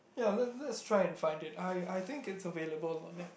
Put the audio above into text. ya let let's try and find it I I think it's available on Netflix